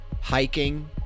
hiking